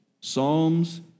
psalms